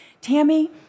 Tammy